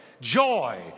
joy